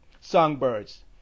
Songbirds